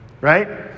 right